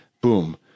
Boom